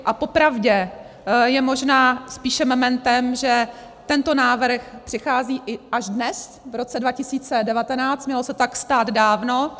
A popravdě je možná spíše mementem, že tento návrh přichází až dnes, v roce 2019, mělo se tak stát dávno.